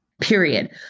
period